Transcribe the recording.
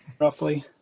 roughly